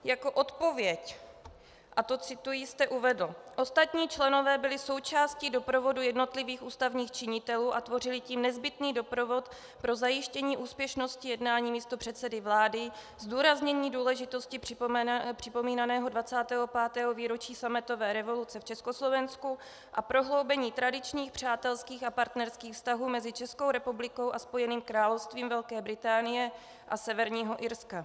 Jako odpověď, a to cituji, jste uvedl: Ostatní členové byli součástí doprovodu jednotlivých ústavních činitelů a tvořili tím nezbytný doprovod pro zajištění úspěšnosti jednání místopředsedy vlády, zdůraznění důležitosti připomínaného 25. výročí sametové revoluce v Československu a prohloubení tradičních přátelských a partnerských vztahů mezi Českou republikou a Spojeným královstvím Velké Británie a Severního Irska.